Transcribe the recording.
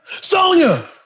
Sonia